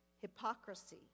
hypocrisy